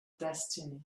destiny